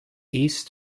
east